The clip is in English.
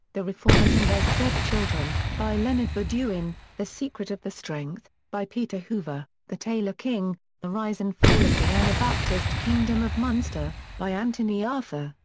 the reformers and their stepchildren, by leonard verduin, the secret of the strength, by peter hoover, the tailor king the rise and fall of the anabaptist kingdom of munster, by anthony arthur,